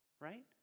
right